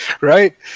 right